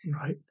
Right